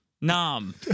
Nam